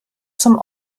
zum